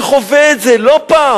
שחווה את זה לא פעם,